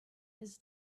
his